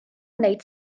wneud